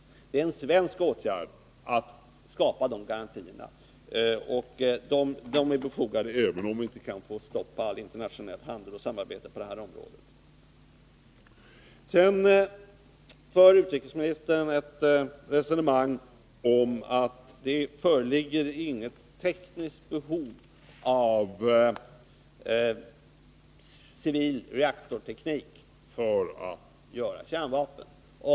Det ankommer på Sverige att skapa sådana garantier, och de är befogade även om vi inte kan få ett stopp på all internationell handel och allt samarbete på det här området. Vidare för utrikesministern ett resonemang om att det inte föreligger något tekniskt behov av civil reaktorteknik för att göra kärnvapen.